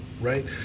right